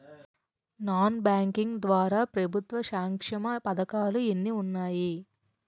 Non banking ద్వారా ప్రభుత్వ సంక్షేమ పథకాలు ఏంటి ఉన్నాయి?